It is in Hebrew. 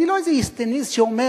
אני לא איזה איסטניס שאומר,